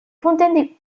fontaine